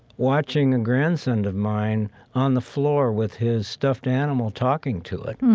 watching a grandson of mine on the floor with his stuffed animal talking to it,